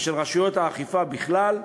ושל רשויות האכיפה בכלל,